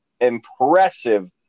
impressive